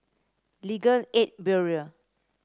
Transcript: Legal Aid Bureau